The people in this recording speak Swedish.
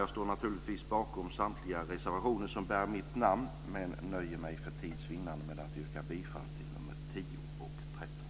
Jag står naturligtvis bakom samtliga reservationer som bär mitt namn men nöjer mig för tids vinnande med att yrka bifall till nr 10 och nr 13.